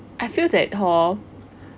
I feel that hor